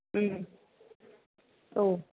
उम औ